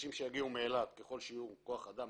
האנשים שיגיעו מאילת ככל שיהיה כוח אדם,